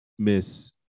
Miss